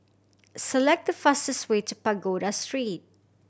select the fastest way to Pagoda Street